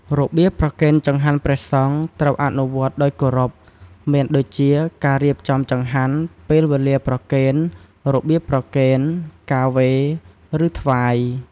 របៀបប្រគេនចង្ហាន់ព្រះសង្ឃ ត្រូវអនុវត្តដោយគោរព មានដូចជា ការរៀបចំចង្ហាន់ ពេលវេលាប្រគេន របៀបប្រគេន ការវេរ ឬ ថ្វាយ។